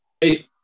Hey